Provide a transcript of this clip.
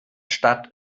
stadt